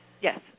Yes